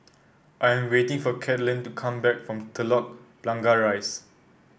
I am waiting for Caitlin to come back from Telok Blangah Rise